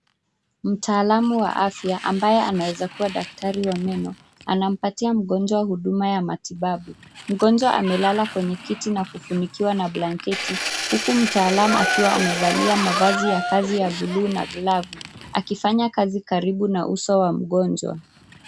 Mtaalamu wa Afya ambaye anaweza kuwa daktari wa meno anampatia mgonjwa huduma ya matibabu. Mgonjwa amelala kwenye kiti na kufunikiwa na blanketi, huku mtaalamu akiwa amevalia mavazi ya kazi ya buluu na glavu, akifanya kazi karibu na uso wa mgonjwa.